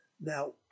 Now